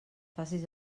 facis